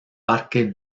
parque